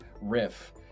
riff